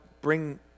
bring